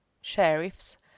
sheriffs